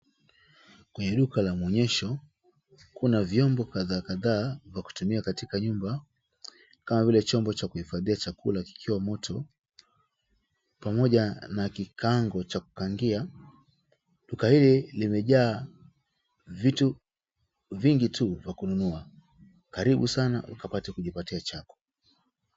Kwenye duka la maonyesho, kuna vyombo kadhaa kadhaa vya kutumia katika nyumba, kama vile chombo cha kuhifadhia chakula kikiwa moto pamoja na kikaango cha kukaangia. Duka hili limejaa vitu vingi tu vya kununua. Karibu sana ukapate kujipatia chako.